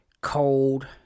cold